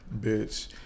Bitch